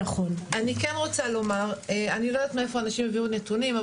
אני כן רוצה לומר: אני לא יודעת מאיפה אנשים הביאו נתונים,